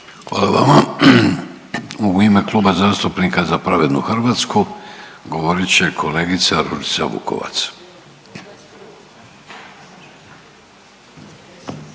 Hvala vama. U ime Kluba zastupnika Za pravednu Hrvatsku govorit će kolegica Ružica Vukovac.